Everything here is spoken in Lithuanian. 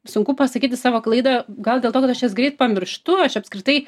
sunku pasakyti savo klaidą gal dėl to kad aš jas greit pamirštu aš apskritai